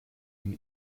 ihn